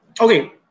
okay